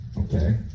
Okay